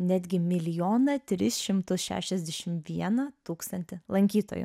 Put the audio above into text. netgi milijoną tris šimtus šešiasdešim vieną tūkstantį lankytojų